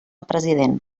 president